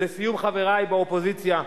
לסיום, חברי באופוזיציה,